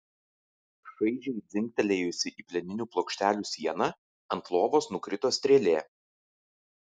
šaižiai dzingtelėjusi į plieninių plokštelių sieną ant lovos nukrito strėlė